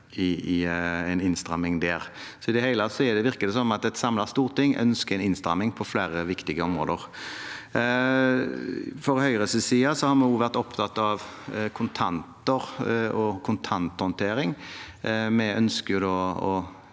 i en innstramming der. I det hele virker det som at et samlet storting ønsker en innstramming på flere viktige områder. Fra Høyres side har vi vært opptatt av kontanter og kontanthåndtering. Vi ønsker å